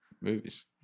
movies